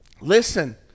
listen